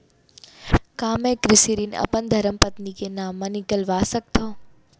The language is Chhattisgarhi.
का मैं ह कृषि ऋण अपन धर्मपत्नी के नाम मा निकलवा सकथो?